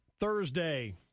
Thursday